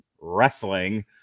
wrestling